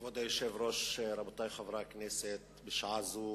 הכנסת, בשעה זו